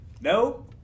No